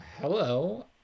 Hello